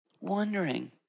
wondering